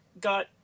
got